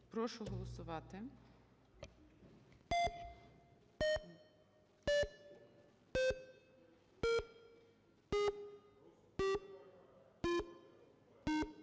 Прошу голосувати.